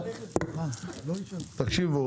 דבר, תקשיבו.